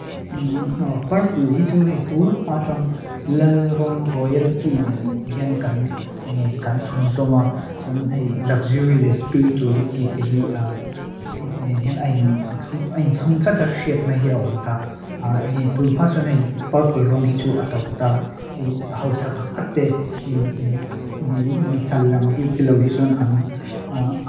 Párpúl hitxú hei túnfá tráng lal rong royalty ne me ghen kan tónzóma. Tón hei luxurious spirituality tehi ne nhen ayn thóng tata xét nahi áwnta. Engi túnfá tráng hei párpúl rong hitxú ataúnta. Háu sátak tak te mi tsan langbík lau hitxú an